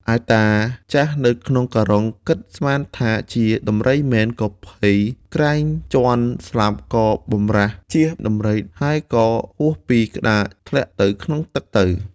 ឯតាចាស់នៅក្នុងការុងគិតស្មានថាជាដំរីមែនក៏ភ័យក្រែងជាន់ស្លាប់ក៏បម្រាសជៀសដំរី ហើយក៏ហួសពីក្តារធ្លាក់ទៅក្នុងទឹកទៅ។